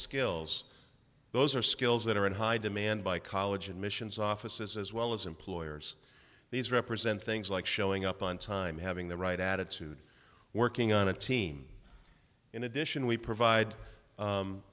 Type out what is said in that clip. skills those are skills that are in high demand by college admissions offices as well as employers these represent things like showing up on time having the right attitude working on a team in addition we provide